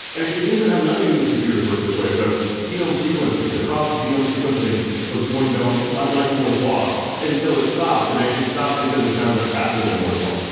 actually, things that have nothing to do with computers work this way. so genome sequencing, the cost of genome sequencing was going like moore's law until it stopped. and actually, it stopped because it's now going faster than moore's law.